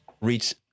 reach